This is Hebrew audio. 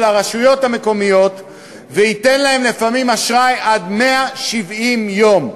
הרשויות המקומיות וייתן להם לפעמים אשראי עד 170 יום.